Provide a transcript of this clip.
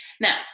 Now